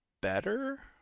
better